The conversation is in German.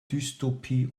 dystopie